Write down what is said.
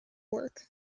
work